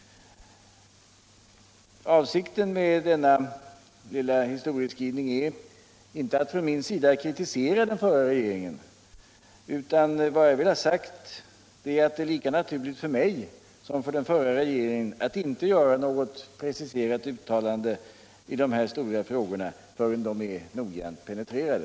Avsikten med denna lilla historieskrivning är inte att från min sida kritisera den förra regeringen, utan vad jag har velat säga är att det är lika naturligt för mig som för den förra regeringen att inte göra något preciserat uttalande i de här stora frågorna förrän de är noggrant penetrerade.